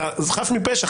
אתה חף מפשע,